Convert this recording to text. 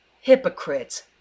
hypocrites